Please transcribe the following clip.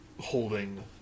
holding